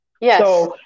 Yes